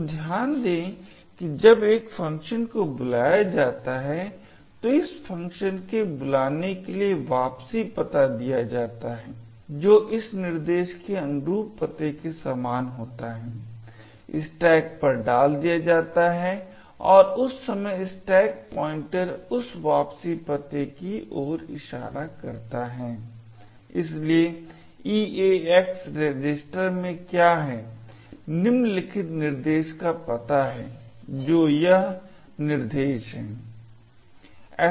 तो ध्यान दें कि जब एक फंक्शन को बुलाया जाता है तो इस फंक्शन के बुलाने के लिए वापसी पता दिया जाता है जो इस निर्देश के अनुरूप पते के समान होता है स्टैक पर डाल दिया जाता है और उस समय स्टैक पॉइंटर उस वापसी पते की ओर इशारा करता है इसलिए EAX रजिस्टर में क्या है निम्नलिखित निर्देश का पता है जो यह निर्देश है